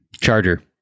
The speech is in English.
Charger